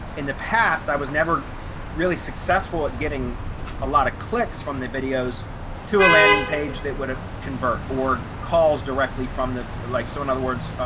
in the past, i was never really successful at getting a lot of clicks from the videos to a landing page that would ah convert or calls directly from the like. so in other words,